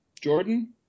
Jordan